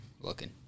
looking